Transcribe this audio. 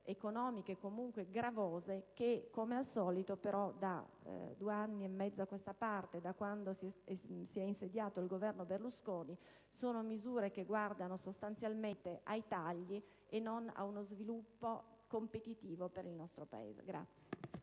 economiche comunque gravose che, come al solito (da oltre due anni a questa parte, da quando si è insediato il Governo Berlusconi), guardano sostanzialmente ai tagli e non a uno sviluppo competitivo per il nostro Paese.